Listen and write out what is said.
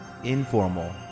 Informal